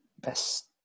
Best